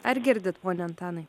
ar girdit pone antanai